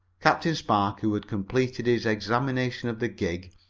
captain spark, who had completed his examination of the gig,